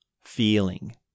feeling